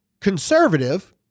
conservative